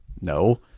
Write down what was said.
No